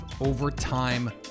overtime